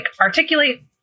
articulate